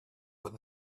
but